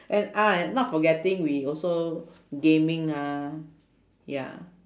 and ah not forgetting we also gaming ah ya